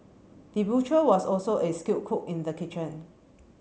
the butcher was also a skilled cook in the kitchen